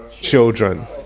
children